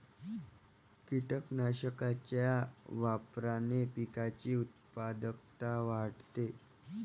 कीटकनाशकांच्या वापराने पिकाची उत्पादकता वाढते